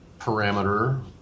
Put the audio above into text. parameter